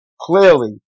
Clearly